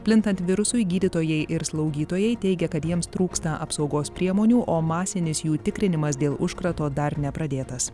plintant virusui gydytojai ir slaugytojai teigia kad jiems trūksta apsaugos priemonių o masinis jų tikrinimas dėl užkrato dar nepradėtas